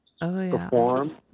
perform